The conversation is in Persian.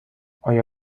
آیا